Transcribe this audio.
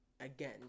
again